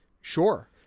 sure